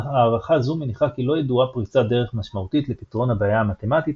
הערכה זו מניחה כי לא ידועה פריצת דרך משמעותית לפתרון הבעיה המתמטית